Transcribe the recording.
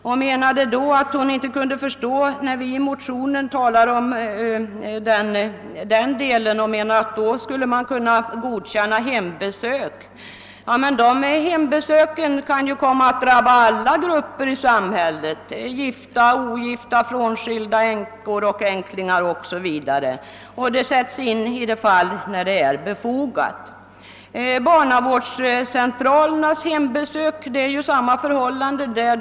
Hon sade att hon inte kunde förstå oss när vi i motionen talar om den delen av frågan. Hon ansåg att man skulle kunna godkänna hembesöken. Men dessa kan ju komma i fråga för alla grupper i samhället — gifta, ogifta, frånskilda, änkor och änklingar — de kommer då att sättas in i de fall där det är befogat. Samma förhållanden råder beträffande barnavårdscentralernas hembesök.